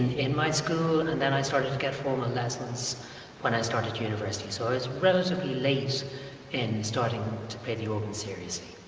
in my school and and then i started to get formal lessons when i started university so it's relatively late in starting to play the organ seriously.